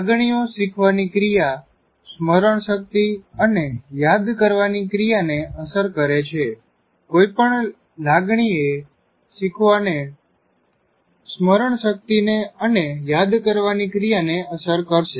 લાગણીઓ શીખવાની ક્રિયા સ્મરણ શક્તિ અને યાદ કરવાની ક્રિયાને અસર કરે છે કોઈ પણ લાગણીએ શીખવાને સ્મરણ શક્તિને અને યાદ કરવાની ક્રિયાને અસર કરશે